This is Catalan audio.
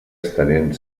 estenent